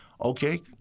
Okay